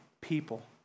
people